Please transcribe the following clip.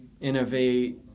innovate